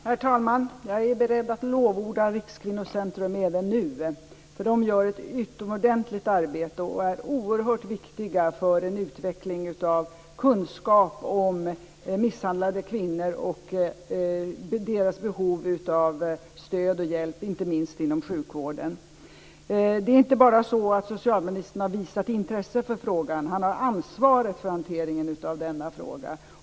Herr talman! Jag är beredd att lovorda Rikskvinnocentrum även nu, eftersom man där gör ett utomordentligt arbete och är oerhört viktig för en utveckling av kunskap om misshandlade kvinnor och deras behov av stöd och hjälp, inte minst inom sjukvården. Socialministern har inte bara visat intresse för frågan. Han har ansvaret för hanteringen av denna fråga.